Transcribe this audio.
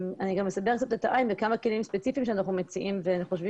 אני גם אסבר קצת את העין לכמה כלים ספציפיים שאנחנו מציעים וחושבים